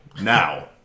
now